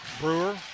Brewer